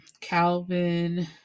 Calvin